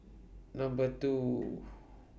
Number two